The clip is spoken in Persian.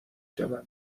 شوم